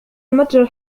المتجر